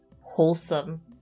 wholesome